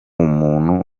muntu